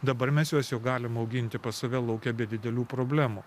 dabar mes juos jau galim auginti pas save lauke be didelių problemų